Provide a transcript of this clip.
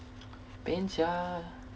pain sia